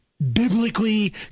Biblically